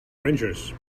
rangers